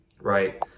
right